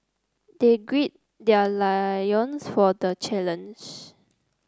they gird their loins for the challenge